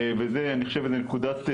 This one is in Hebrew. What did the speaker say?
וזה אני חושב נקודת,